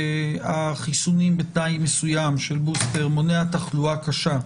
שהחיסונים בתנאי מסוים של בוסטר מונעים תחלואה קשה,